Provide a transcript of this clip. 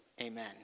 Amen